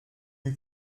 eût